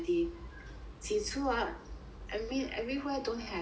起初 ah I mean everywhere don't have